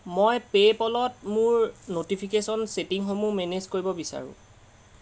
মই পে'পলত মোৰ ন'টিফিকেশ্যন ছেটিংসমূহ মেনেজ কৰিব বিচাৰোঁ